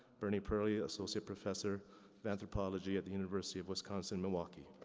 bernie perley, associate professor of anthropology at the university of wisconsin-milwaukee.